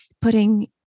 putting